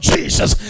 Jesus